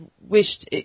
wished